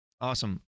Awesome